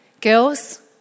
Girls